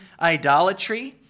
idolatry